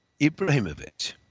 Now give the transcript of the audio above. Ibrahimovic